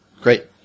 Great